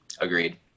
Agreed